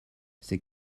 c’est